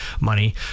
money